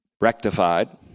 Rectified